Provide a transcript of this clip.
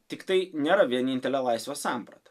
tik tai nėra vienintelė laisvės samprata